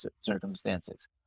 circumstances